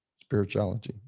spirituality